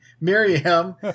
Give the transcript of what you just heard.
miriam